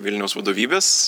vilniaus vadovybės